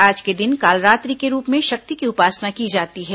आज के दिन कालरात्रि के रूप में शक्ति की उपासना की जाती है